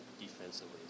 defensively